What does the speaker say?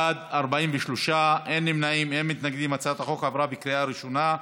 (היחידה לשחרור ממאסרים קצרים), התשע"ח 2018,